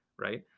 right